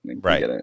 Right